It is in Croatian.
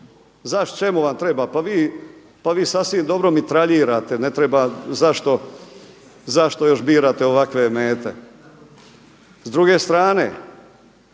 Čemu vam treba? Pa vi sasvim dobro mitraljirate, ne treba, zašto još birate ovakve mete. S druge strane,